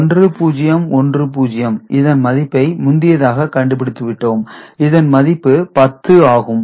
1010 இதன் மதிப்பை முந்தியதாக கண்டுபிடித்து விட்டோம் இதன் மதிப்பு 10 ஆகும்